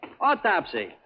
Autopsy